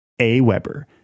AWeber